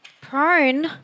Prone